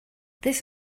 this